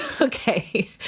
okay